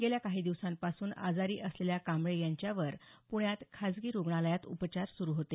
गेल्या काही दिवसांपासून आजारी असलेल्या कांबळे यांच्यावर पुण्यात खासगी रुग्णालयात उपचार सुरू होते